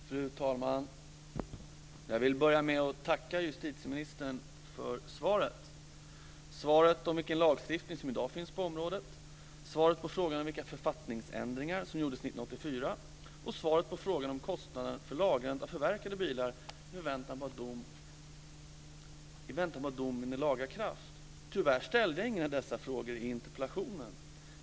Fru talman! Jag vill börja med att tacka justitieministern för svaret. Det handlade om vilken lagstiftning som i dag finns på området, om vilka författningsändringar som gjordes 1984 och om kostnaderna för lagrandet av förverkade bilar i väntan på att dom vinner laga kraft. Tyvärr ställde jag ingen av dessa frågor i interpellationen.